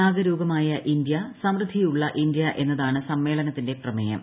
ജാഗരൂകമായ India സമൃദ്ധിയുള്ള India എന്നതാണ് സമ്മേളനത്തിന്റെ പ്രമേയം